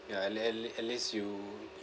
ya at le~ at at least you